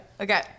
okay